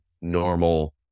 normal